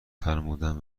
فرمودن